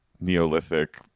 Neolithic